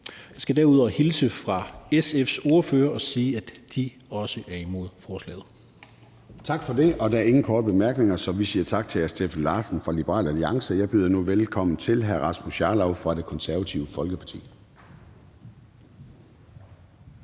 Jeg skal derudover hilse fra SF's ordfører og sige, at de også er imod forslaget. Kl. 13:05 Formanden (Søren Gade): Tak for det. Der er ingen korte bemærkninger, så vi siger tak til hr. Steffen Larsen fra Liberal Alliance. Jeg byder nu velkommen til hr. Rasmus Jarlov fra Det Konservative Folkeparti.